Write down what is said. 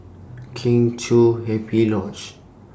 Kheng Chiu Happy Lodge